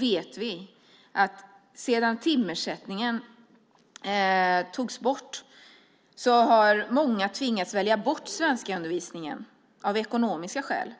vet vi att sedan timersättningen togs bort har många tvingats välja bort svenskundervisningen av ekonomiska skäl.